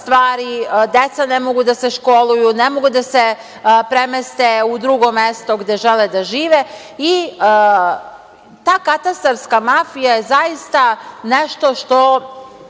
stvari, deca ne mogu da se školuju, ne mogu da se premeste u drugo mesto gde žele da žive i ta katastarska mafija je zaista nešto što